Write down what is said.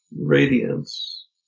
radiance